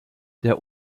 der